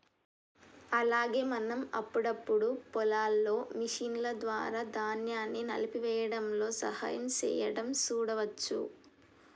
అలాగే మనం అప్పుడప్పుడు పొలాల్లో మిషన్ల ద్వారా ధాన్యాన్ని నలిపేయ్యడంలో సహాయం సేయడం సూడవచ్చు